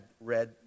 read